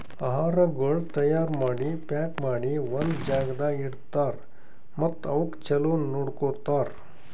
ಆಹಾರಗೊಳ್ ತೈಯಾರ್ ಮಾಡಿ, ಪ್ಯಾಕ್ ಮಾಡಿ ಒಂದ್ ಜಾಗದಾಗ್ ಇಡ್ತಾರ್ ಮತ್ತ ಅವುಕ್ ಚಲೋ ನೋಡ್ಕೋತಾರ್